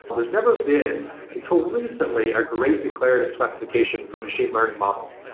there's never been until recently a great declarative specification for machine learning models.